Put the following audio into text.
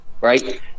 right